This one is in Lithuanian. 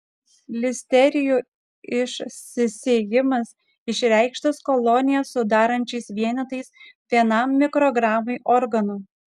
listerijų išsisėjimas išreikštas kolonijas sudarančiais vienetais vienam mikrogramui organo